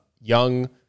young